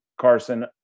Carson